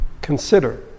Consider